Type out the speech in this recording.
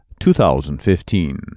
2015